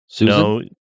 No